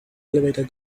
elevator